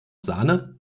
sahne